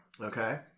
Okay